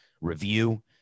review